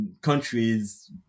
countries